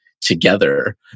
together